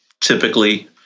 typically